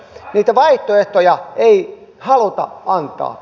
niitä vaihtoehtoja ei haluta antaa